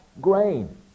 grain